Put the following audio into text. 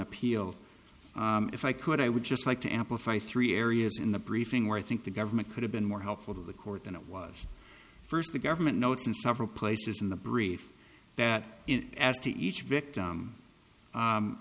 appeal if i could i would just like to amplify three areas in the briefing where i think the government could have been more helpful to the court than it was first the government notes in several places in the brief that asked to each victim